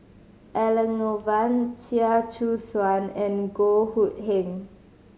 Elangovan Chia Choo Suan and Goh Hood Keng